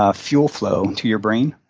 ah fuel flow to your brain,